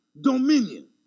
dominion